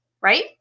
right